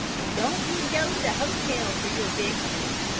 and don't ye go to the hotel for your victuals.